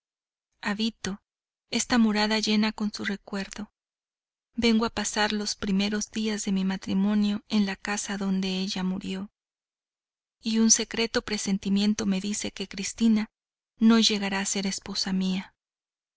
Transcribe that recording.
habito esta morada llena con su recuerdo vengo a pasar los primeros días de mi matrimonio en la casa donde ella murió y un secreto presentimiento me dice que cristina no llegará a ser esposa mía